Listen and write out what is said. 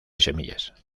semillas